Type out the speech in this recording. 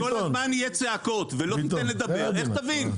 אם כל הזמן יהיו צעקות ולא תיתן לדבר, איך תבין?